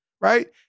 right